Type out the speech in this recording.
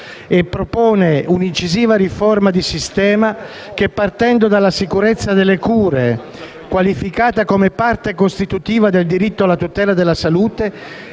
e propone un'incisiva riforma di sistema che, partendo dalla sicurezza delle cure, qualificata come parte costitutiva del diritto alla tutela della salute,